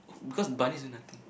because bunnies do nothing